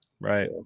right